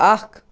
اکھ